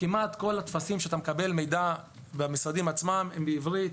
כמעט כל הטפסים שאתה מקבל בהם מידע במשרדים עצמם הם בעברית.